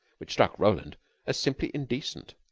which struck roland as simply indecent.